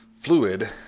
fluid